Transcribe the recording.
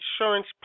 insurance